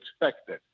expected